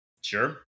Sure